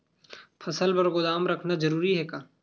फसल बर गोदाम रखना जरूरी हे का?